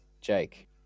Jake